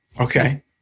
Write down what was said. Okay